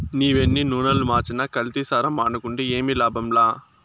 నీవెన్ని నూనలు మార్చినా కల్తీసారా మానుకుంటే ఏమి లాభంలా